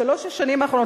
בשלוש השנים האחרונות,